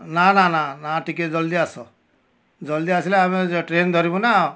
ନା ନା ନା ନା ଟିକେ ଜଲ୍ଦି ଆସ ଜଲଦି ଆସିଲେ ଆମେ ଟ୍ରେନ୍ ଧରିବୁ ନା